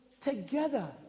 together